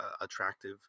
attractive